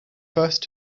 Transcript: first